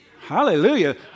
Hallelujah